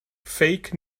fake